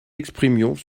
exprimions